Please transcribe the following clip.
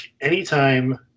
anytime